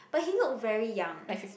but he look very young